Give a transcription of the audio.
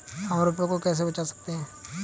हम रुपये को कैसे बचा सकते हैं?